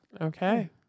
Okay